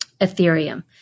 Ethereum